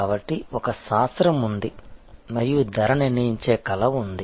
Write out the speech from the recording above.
కాబట్టి ఒక శాస్త్రం ఉంది మరియు ధర నిర్ణయించే కళ ఉంది